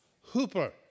Hooper